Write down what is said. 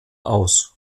aus